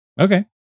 okay